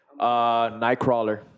Nightcrawler